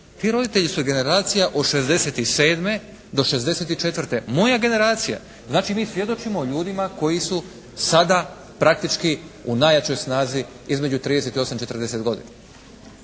Ti roditelji su generacija od '67. do '64., moja generacija. Znači mi svjedočimo o ljudima koji su sada praktički u najjačoj snazi između 38 i 40 godina.